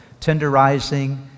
tenderizing